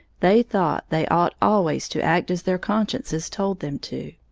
they thought they ought always to act as their consciences told them to.